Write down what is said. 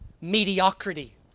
mediocrity